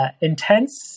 intense